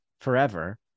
forever